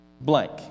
blank